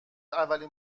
اولین